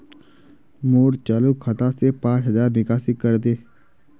मोर चालु खाता से पांच हज़ारर निकासी करे दे